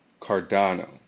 Cardano